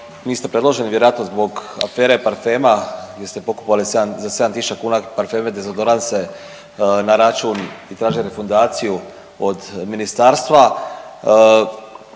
niste predloženi vjerojatno zbog afere parfema gdje ste pokupovali za 7 tisuća kuna parfeme, dezodoranse na račun i tražili refundaciju od ministarstva,